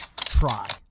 try